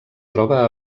troba